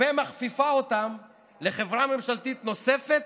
ומכפיפה אותן לחברה ממשלתית נוספת,